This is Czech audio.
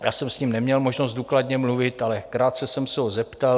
Já jsem s ním neměl možnost důkladně mluvit, ale krátce jsem se ho zeptal.